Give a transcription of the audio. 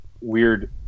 weird